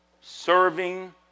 serving